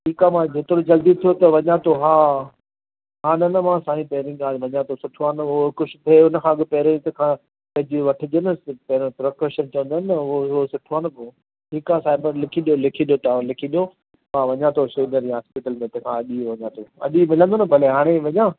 ठीकु आहे मां जेतिरो जल्दी थियो त वञा थो हा हा न न मां साईं पहिरीं ॻाल्हि मञा थो सुठो आहे न उहो कुझु थिए हुनखां बि पहिरों ई तंहिंखां पंहिंजी वठिजे न पहिरों प्रकोशन चवंदा आहिनि न उहो उहो सुठो आहे न पोइ ठीकु आहे साहिबु लिखी ॾियो लिखी ॾियो तव्हां लिखी ॾियो हा वञा थो सौंदर्य हॉस्पिटल में अॼु ई वञा थो अॼु ई मिलंदो न भले ई हाणे ई वञा